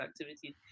activities